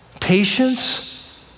patience